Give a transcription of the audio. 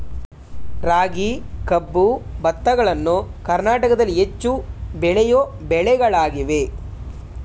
ರಾಗಿ, ಕಬ್ಬು, ಭತ್ತಗಳನ್ನು ಕರ್ನಾಟಕದಲ್ಲಿ ಹೆಚ್ಚು ಬೆಳೆಯೋ ಬೆಳೆಗಳಾಗಿವೆ